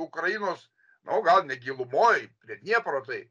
ukrainos nu gal net gilumoj prie dniepro tai